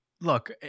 look